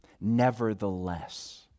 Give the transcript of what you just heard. nevertheless